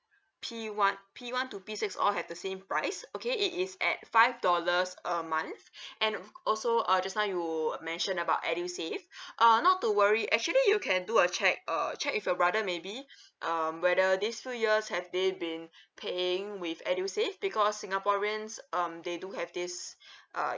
P one P one to P six all have the same price okay it is at five dollars a month and also uh just now you mention about edusave uh not to worry actually you can do a check uh check if your brother maybe um whether these few years have they been paying with edusave because singaporeans um they do have this uh